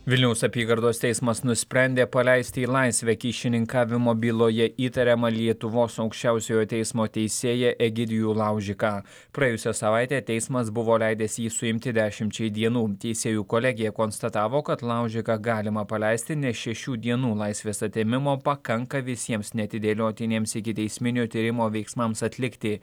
vilniaus apygardos teismas nusprendė paleisti į laisvę kyšininkavimo byloje įtariamą lietuvos aukščiausiojo teismo teisėją egidijų laužiką praėjusią savaitę teismas buvo leidęs jį suimti dešimčiai dienų teisėjų kolegija konstatavo kad laužiką galima paleisti nes šešių dienų laisvės atėmimo pakanka visiems neatidėliotiniems ikiteisminio tyrimo veiksmams atlikti